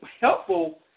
helpful